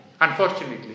Unfortunately